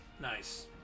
Nice